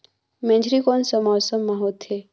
मेझरी कोन सा मौसम मां होथे?